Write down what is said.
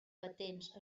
patents